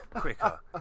quicker